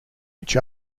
each